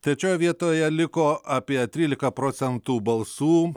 trečioje vietoje liko apie trylika procentų balsų